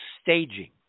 staging